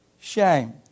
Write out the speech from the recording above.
shame